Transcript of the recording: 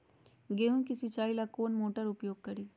गेंहू के सिंचाई ला कौन मोटर उपयोग करी?